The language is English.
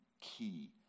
key